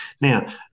Now